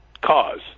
cause